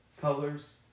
colors